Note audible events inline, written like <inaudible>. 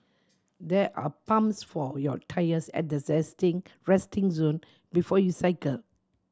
there are pumps for your tyres at the <unintelligible> resting zone before you cycle